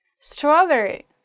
Strawberry